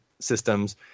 systems